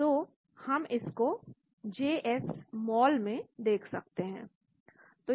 तो हम इसको जेएसमॉल में देख सकते हैं